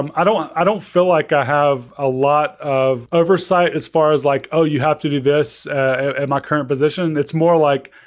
um i don't i don't feel like i have a lot of oversight as far as like, oh, you have to do this, at and my current position. it's more like,